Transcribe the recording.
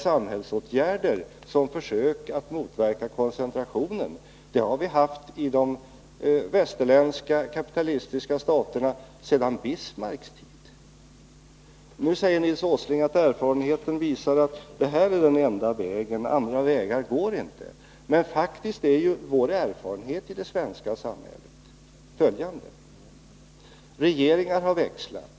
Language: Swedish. Samhällsåtgärder som försök att motverka koncentrationen har förekommit i de västerländska kapitalistiska staterna sedan Bismarcks tid. Nu säger Nils Åsling att erfarenheten visar att det här är den enda framkomstvägen och att andra vägar är otänkbara. Men faktum är att vår erfarenhet i det svenska samhället är följande: Regeringarna har växlat.